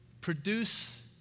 Produce